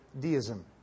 Deism